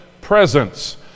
presence